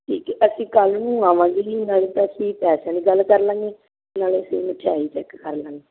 ਠੀਕ ਹੈ ਅਸੀਂ ਕੱਲ੍ਹ ਨੂੰ ਆਵਾਂਗੇ ਜੀ ਨਾਲੇ ਤਾਂ ਅਸੀਂ ਪੈਸਿਆਂ ਦੀ ਗੱਲ ਕਰ ਲਾਂਗੇ ਨਾਲੇ ਅਸੀਂ ਮਠਿਆਈ ਚੈਕ ਕਰ ਲਾਂਗੇ